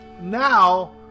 now